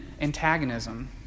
antagonism